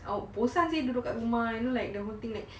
bosan seh duduk dekat rumah you know like the whole thing like